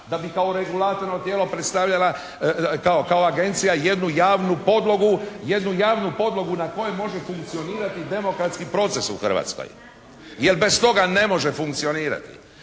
Da bi kao regulatorno tijelo predstavljala, kao agencija jednu javnu podlogu, jednu javnu podlogu na kojoj može funkcionirati demokratski proces u Hrvatskoj. Jer bez toga ne može funkcionirati.